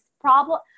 problem